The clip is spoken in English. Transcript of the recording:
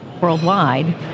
worldwide